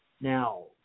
Now